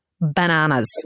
bananas